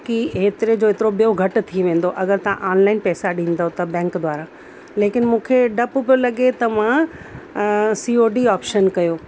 की हेतिरे जो एतिरो ॿियो घटि थी वेंदो अगरि तव्हां आनलाइन पैसा ॾींदव त बैंक द्वारा लेकिन मूंखे डप पियो लॻे त मां सीओडी ऑप्शन कयो